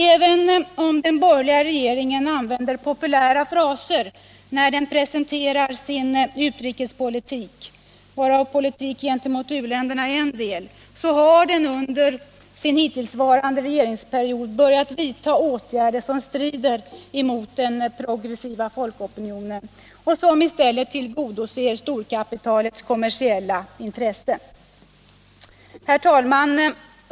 Även om den borgerliga regeringen använder populära fraser när den presenterar sin utrikespolitik, varav politik gentemot u-länderna är en del, så har den under sin hittillsvarande regeringsperiod börjat vidta åtgärder som strider mot den progressiva folkopinionen och som i stället tillgodoser storkapitalets kommersiella intressen. Herr talman!